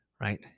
right